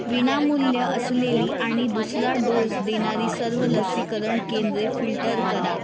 विनामूल्य असलेली आणि दुसरा डोस देणारी सर्व लसीकरण केंद्रे फिल्टर करा